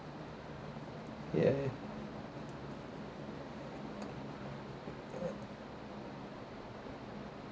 ya